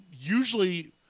usually